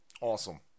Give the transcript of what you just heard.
Awesome